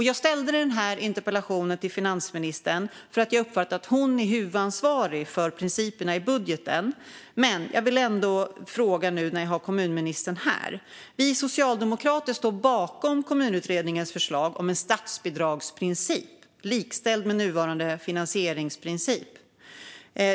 Jag ställde den här interpellationen till finansministern för att jag uppfattar att hon är huvudansvarig för principerna i budgeten, men nu när jag har kommunministern här vill jag ändå ställa en fråga. Vi socialdemokrater står bakom Kommunutredningens förslag om en statsbidragsprincip, likställd med nuvarande finansieringsprincip.